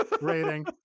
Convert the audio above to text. rating